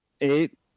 eight